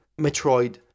Metroid